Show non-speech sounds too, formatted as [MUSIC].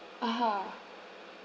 [NOISE]